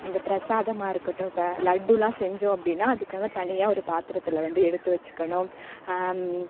அந்த பிரசாதமாக இருக்கட்டும் இப்போ லட்டு எல்லாம் செஞ்சோம் அப்படின்னா அதுக்காக தனியாக ஒரு பாத்திரத்தில் வந்து எடுத்து வச்சுக்கணும்